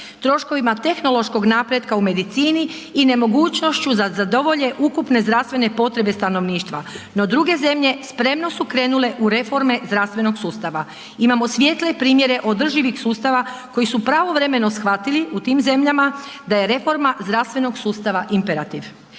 troškovima tehnološkog napretka u medicini i nemogućnošću da zadovolje ukupne zdravstvene potrebe stanovništva no druge zemlje spremno su krenule u reforme zdravstvenog sustava. Imamo svijetle primjere održivih sustava koji su pravovremeno shvatili u tim zemljama da je reforma zdravstvenog sustava imperativ.